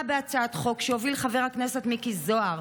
בהצעת חוק שהוביל חבר הכנסת מיקי זוהר,